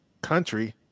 country